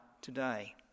today